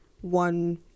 one